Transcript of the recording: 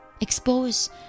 Expose